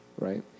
Right